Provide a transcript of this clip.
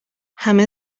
همه